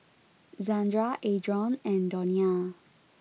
Zandra Adron and Donia